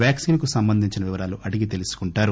వ్యాక్సిన్కు సంబంధించిన వివరాలు అడిగి తెలుసుకుంటారు